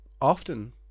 often